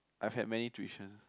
I've had many tuitions